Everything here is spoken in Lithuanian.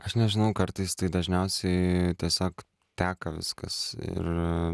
aš nežinau kartais tai dažniausiai tiesiog teka viskas ir